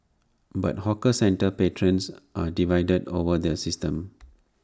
but hawker centre patrons are divided over the system